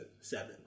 seven